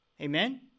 Amen